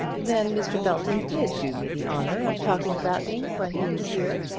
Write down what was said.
then mr. belton did do me the honour of talking about me when he was here?